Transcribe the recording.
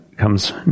comes